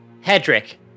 Hedrick